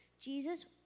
Jesus